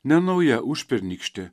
nenauja užpernykštė